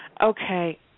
Okay